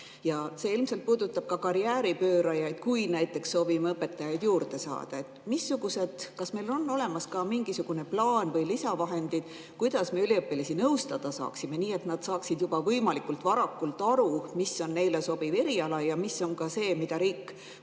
See ilmselt puudutab ka karjääripöörajaid, kui näiteks soovime õpetajaid juurde saada. Kas meil on olemas mingisugune plaan või lisavahendid ka selleks, et me üliõpilasi nõustada saaksime, nii et nad saaksid juba võimalikult varakult aru, mis on neile sobiv eriala ja mis on ka selline